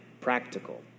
practical